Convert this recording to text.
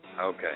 Okay